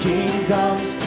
Kingdoms